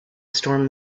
stormed